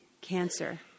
cancer